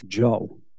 Joe